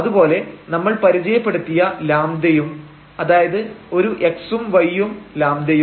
അതുപോലെ നമ്മൾ പരിചയപ്പെടുത്തിയ λ യും അതായത് ഒരു x ഉം y ഉം λ യും